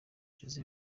james